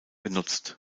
genutzt